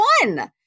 one